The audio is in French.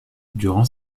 durant